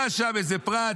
היה שם איזה פרט,